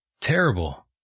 Terrible